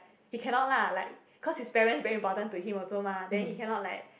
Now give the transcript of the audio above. he cannot lah like because his parent very important to him also mah then he cannot like